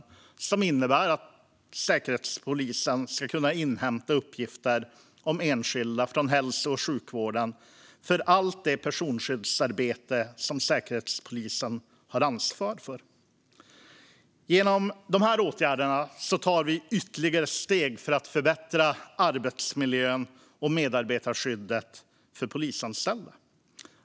Ändringen innebär att Säkerhetspolisen ska kunna inhämta uppgifter om enskilda från hälso och sjukvården för allt personskyddsarbete som Säkerhetspolisen har ansvar för. Genom dessa åtgärderna tar vi ytterligare steg för att förbättra arbetsmiljön och medarbetarskyddet för polisanställda.